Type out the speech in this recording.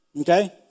Okay